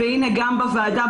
והינה גם בוועדה,